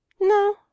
No